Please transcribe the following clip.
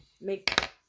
make